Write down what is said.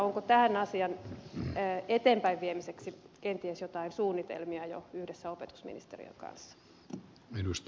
onko tämän asian eteenpäinviemiseksi kenties joitain suunnitelmia jo yhdessä opetusministeriön kanssa